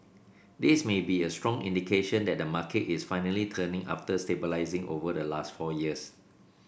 this may be a strong indication that the market is finally turning after stabilising over the last four years